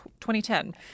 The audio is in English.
2010